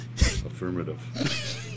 Affirmative